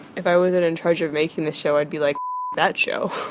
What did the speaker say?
if i wasn't in charge of making the show, i'd be like that show.